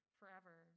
forever